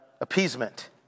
appeasement